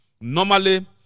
Normally